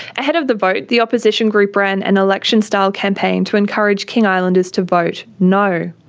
ahead of the vote, the opposition group ran an election-style campaign to encourage king islanders to vote no.